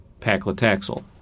paclitaxel